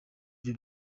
byo